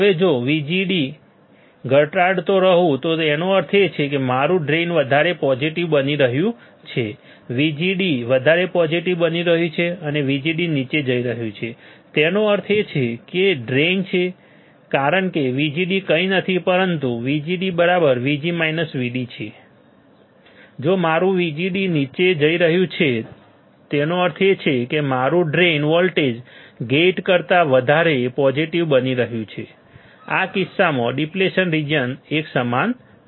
હવે જો VGD ઘટાડતો રહુ તો તેનો અર્થ એ છે કે મારું ડ્રેઇન વધારે પોઝીટીવ બની રહ્યું છે VDS વધારે પોઝીટીવ બની રહ્યું છે અને VGD નીચે જઈ રહ્યું છે તેનો અર્થ એ છે કે તે ડ્રેઇન છે કારણ કે VGD કંઈ નથી પરંતુ VGD VG VD છે જો મારું VGD નીચે જઈ રહ્યું છે તેનો અર્થ એ કે મારું ડ્રેઇન વોલ્ટેજ ગેટ કરતાં વધારે પોઝીટીવ બની રહ્યું છે આ કિસ્સામાં ડિપ્લેશન રીજીયન એકસમાન નથી